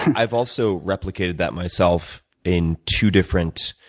i've also replicated that myself in two different